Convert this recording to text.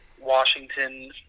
washington